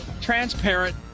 transparent